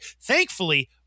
Thankfully